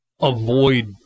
avoid